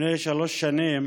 לפני שלוש שנים